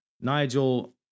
Nigel